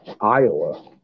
Iowa